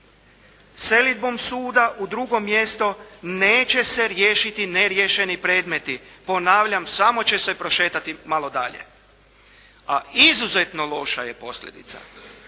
Selidbom suda u drugo mjesto neće se riješiti neriješeni predmeti. Ponavljam, samo će se prošetati malo dalje. A izuzetno je loša posljedica